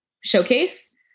showcase